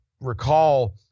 recall